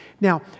Now